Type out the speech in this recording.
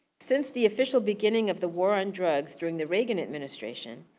since the official beginning of the war on drugs, during the reagan administration,